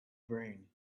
brain